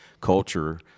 Culture